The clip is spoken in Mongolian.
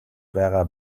байгаа